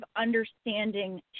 understanding